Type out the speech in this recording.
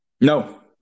No